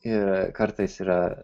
ir kartais yra